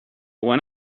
went